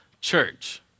church